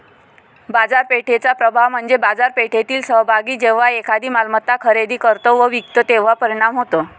बाजारपेठेचा प्रभाव म्हणजे बाजारपेठेतील सहभागी जेव्हा एखादी मालमत्ता खरेदी करतो व विकतो तेव्हा परिणाम होतो